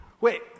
Wait